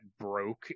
broke